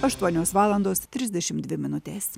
aštuonios valandos trisdešimt dvi minutės